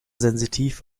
sensitiv